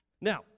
Now